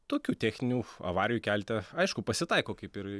tokių techninių avarijų kelte aišku pasitaiko kaip ir